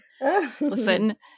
Listen